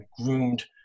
groomed